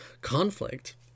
conflict